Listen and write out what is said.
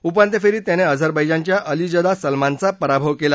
उपांत्य फेरीत त्याने अझरबैजान च्या अलीज़दा सलमानचा पराभव केला